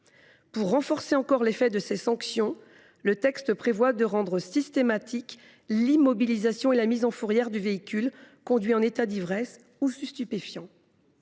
Pour renforcer encore l’effet de ces sanctions, le texte prévoit de rendre systématiques l’immobilisation et la mise en fourrière du véhicule conduit en état d’ivresse ou sous l’empire